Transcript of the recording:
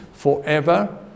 forever